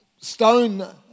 stone